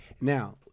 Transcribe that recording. Now